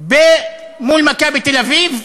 מול "מכבי תל-אביב"